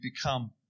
become